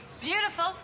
beautiful